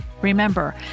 Remember